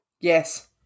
Yes